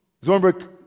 Zornberg